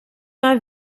mal